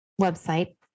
website